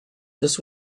this